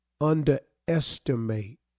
underestimate